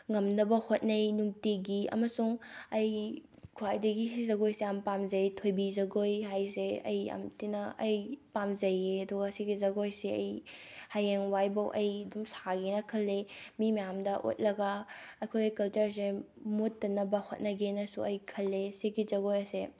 ꯉꯝꯅꯕ ꯍꯣꯠꯅꯩ ꯅꯨꯡꯇꯤꯒꯤ ꯑꯃꯁꯨꯡ ꯑꯩ ꯈ꯭ꯋꯥꯏꯗꯒꯤ ꯁꯤ ꯖꯒꯣꯏꯁꯦ ꯌꯥꯝ ꯄꯥꯝꯖꯩ ꯊꯣꯏꯕꯤ ꯖꯒꯣꯏ ꯍꯥꯏꯕꯁꯦ ꯑꯩ ꯌꯥꯝ ꯊꯤꯅ ꯑꯩ ꯄꯥꯝꯖꯩꯑꯦ ꯑꯗꯨꯒ ꯁꯤꯒꯤ ꯖꯒꯣꯏꯁꯦ ꯑꯩ ꯍꯌꯦꯡꯋꯥꯏꯐꯥꯎ ꯑꯩ ꯑꯗꯨꯝ ꯁꯥꯒꯦꯅ ꯈꯜꯂꯦ ꯃꯤ ꯃꯌꯥꯝꯗ ꯎꯠꯂꯒ ꯑꯩꯈꯣꯏꯒꯤ ꯀꯜꯆꯔꯁꯦ ꯃꯨꯠꯇꯅꯕ ꯍꯣꯠꯅꯒꯦꯅꯁꯨ ꯑꯩ ꯈꯜꯂꯦ ꯁꯤꯒꯤ ꯖꯒꯣꯏ ꯑꯁꯦ